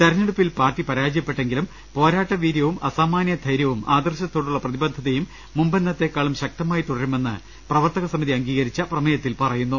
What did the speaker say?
തെരഞ്ഞെടുപ്പിൽ പാർട്ടി പരാജയപ്പെട്ടെങ്കിലും പോരാട്ട വീര്യവും അസാമാന്യ ധൈര്യവും ആദർശത്തോടുള്ള പ്രതിബ ന ദ്ധതയും മുമ്പെന്നത്തേക്കാളും ശക്തമായി തുടരുമെന്ന് പ്രവർത്തക സമിതി അംഗീകരിച്ച പ്രമേയത്തിൽ പറയുന്നു